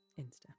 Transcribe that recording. Insta